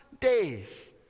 days